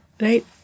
Right